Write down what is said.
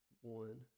one